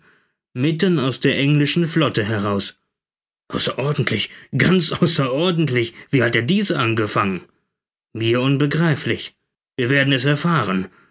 mitten aus der englischen flotte heraus außerordentlich ganz außerordentlich wie hat er dies angefangen mir unbegreiflich wir werden es erfahren